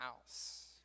house